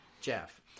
Jeff